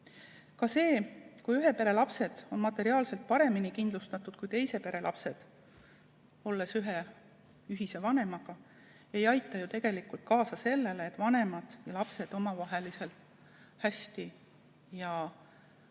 Ka see, kui ühe pere lapsed on materiaalselt paremini kindlustatud kui teise pere lapsed, olles ühe ühise vanemaga, ei aita ju tegelikult kaasa sellele, et vanemad ja lapsed omavahel hästi ja